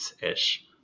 ish